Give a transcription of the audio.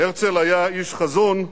הרצל היה איש חזון,